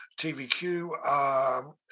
TVQ